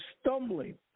stumbling